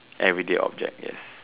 everyday object yes